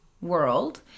world